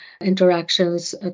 interactions